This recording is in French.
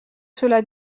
cela